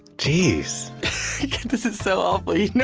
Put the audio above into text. geez this is so awful. you know